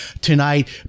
tonight